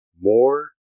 More